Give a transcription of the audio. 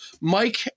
mike